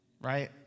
right